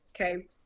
okay